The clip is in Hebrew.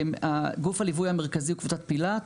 גוף הליווי המרכזי הוא קבוצת פילת,